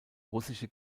russische